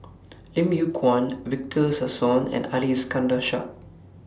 Lim Yew Kuan Victor Sassoon and Ali Iskandar Shah